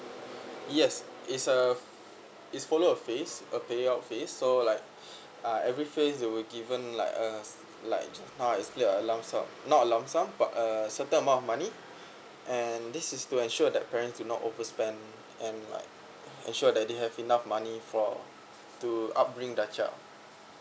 yes it's uh it's follow a phase a payout phase so like uh every phase they will given like a like now I split a lump sum not a lump sum but uh certain amount of money and this is to ensure that parents do not overspend and like ensure that they have enough money for to up bring their child